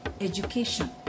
education